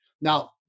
Now